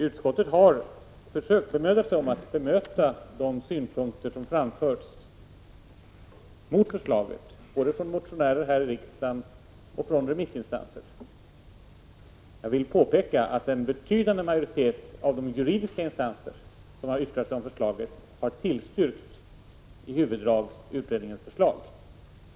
Utskottet har bemödat sig om att bemöta de synpunkter som framförts mot förslaget, både från motionärer här i riksdagen och från remissinstanser. Jag vill påpeka att en betydande majoritet av de juridiska instanser som har yttrat sig om förslaget har tillstyrkt, i huvuddragen, utredningens förslag.